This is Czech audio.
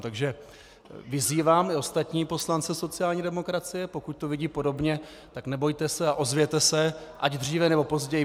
Takže vyzývám i ostatní poslance sociální demokracie, pokud to vidí podobně, nebojte se a ozvěte se, ať dříve, nebo později.